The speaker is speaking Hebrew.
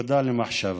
נקודה למחשבה.